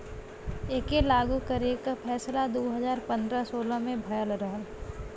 एके लागू करे के फैसला दू हज़ार पन्द्रह सोलह मे भयल रहल